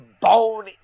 bone